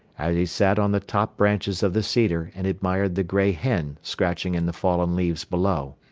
as he sat on the top branches of the cedar and admired the grey hen scratching in the fallen leaves below.